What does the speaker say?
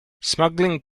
smuggling